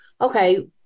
okay